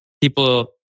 people